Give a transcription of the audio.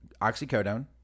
oxycodone